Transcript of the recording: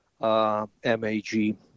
MAG